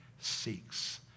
seeks